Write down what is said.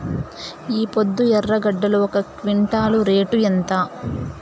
ఈపొద్దు ఎర్రగడ్డలు ఒక క్వింటాలు రేటు ఎంత?